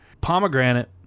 pomegranate